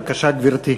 בבקשה, גברתי.